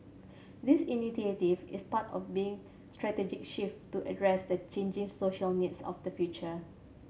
this initiative is part of being strategic shift to address the changing social needs of the future